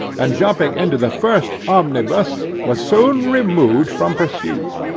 and jumping into the first omnibus was soon removed from pursuit.